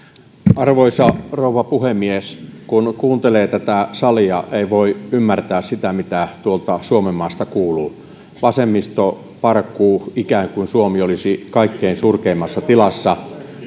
arvoisa rouva puhemies kun kuuntelee tätä salia ei voi ymmärtää sitä mitä tuolta suomenmaasta kuuluu vasemmisto parkuu ikään kuin suomi olisi kaikkein surkeimmassa tilassa